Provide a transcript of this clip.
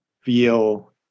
feel